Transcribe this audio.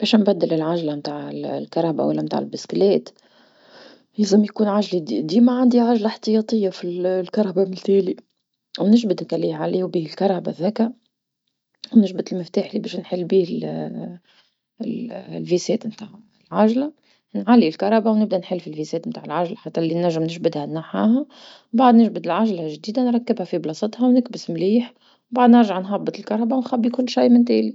باش نبدل العجلة متع الكرهبة ولا متع البسكلات، يلزم يكون عجلي د- ديما عندي عجلة إحتياطية في كرهبة، ونجبد اللي يكاليو بيه الكرهبة هذكا نجبد المفتاح اللي باش اللي باش نفتح بيه براغي متاع العجلة، نعلي الكرهبة ونبدا نحل في براغي متاع عجلة حتي لي نجم نجبدها نحيها، بعد نجبد العجلة جديدة نركبها في بلاصتها ونلبس مليح وبعد نرجع نهبط الكرهبة ونخلبي كل شي من تالي.